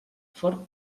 fort